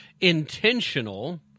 intentional